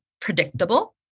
predictable